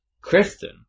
Kristen